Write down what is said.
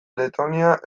letonia